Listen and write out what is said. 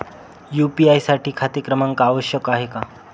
UPI साठी खाते क्रमांक आवश्यक आहे का?